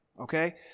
okay